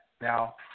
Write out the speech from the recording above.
Now